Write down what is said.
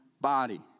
body